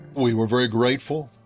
we were very grateful,